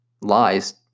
lies